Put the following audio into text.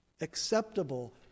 acceptable